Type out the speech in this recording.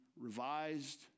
revised